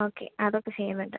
okay അതൊക്കെ ചെയ്യുന്നുണ്ട്